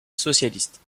socialiste